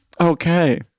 Okay